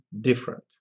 different